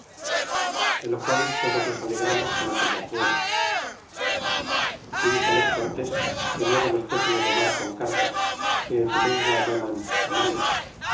de lo qual todos nos alegramos con aquellas nuevas e dixoles cortés que luego los fuesen llamar con cartas que on su lengua llaman mates